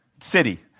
city